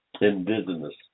indigenous